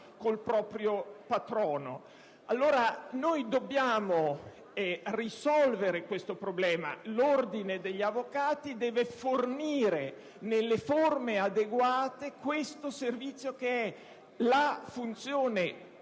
il proprio patrono. Noi dobbiamo risolvere questo problema. L'Ordine degli avvocati deve fornire, nelle forme adeguate, questo servizio, che è la funzione